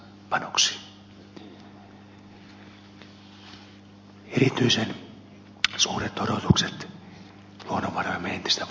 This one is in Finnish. erityisen suuret odotukset luonnonvarojemme entistä vahvempaan hyödyntämiseen kohdistuu totta kai pohjois ja itä suomessa